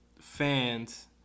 fans